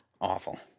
Awful